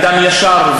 אדם ישר,